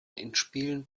endspielen